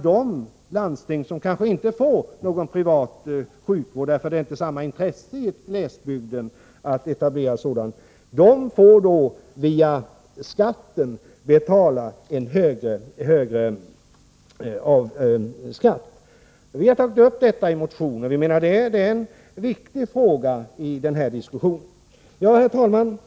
De landsting däremot som kanske inte har någon privat sjukvård —t.ex. i en glesbygd, där det inte finns samma intresse av att etablera en sådan — måste ta ut en högre skatt. Vi har tagit upp detta i motioner, för vi menar att det är en viktig fråga i den här diskussionen. Herr talman!